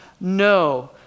No